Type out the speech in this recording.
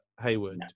Haywood